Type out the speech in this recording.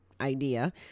idea